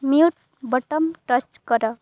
mute button touch କର